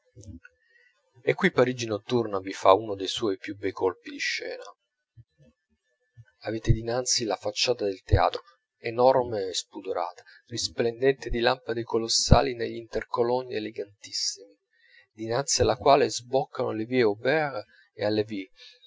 e qui parigi notturna vi fa uno dei suoi più bei colpi di scena avete dinanzi la facciata del teatro enorme e spudorata risplendente di lampade colossali negli intercolonni elegantissimi dinanzi alla quale sboccano le vie auber e halévy a